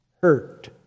hurt